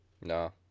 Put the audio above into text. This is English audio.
No